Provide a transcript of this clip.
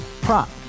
prop